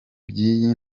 by’iyi